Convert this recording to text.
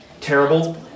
terrible